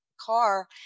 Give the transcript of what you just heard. car